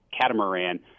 Catamaran